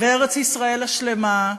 וארץ-ישראל השלמה,